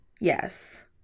yes